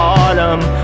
autumn